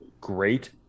Great